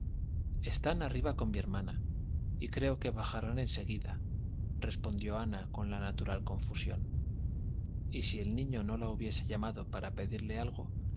están arriba con mi hermana y creo que bajarán en seguidarespondió ana con la natural confusión y si el niño no la hubiese llamado para pedirle algo